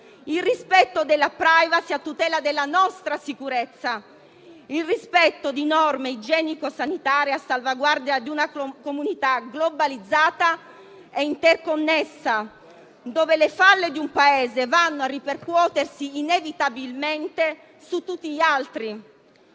il rispetto della *privacy* a tutela della nostra sicurezza, il rispetto di norme igienico-sanitarie a salvaguardia di una comunità globalizzata e interconnessa, in cui le falle di un Paese si ripercuotono inevitabilmente su tutti gli altri.